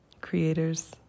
creators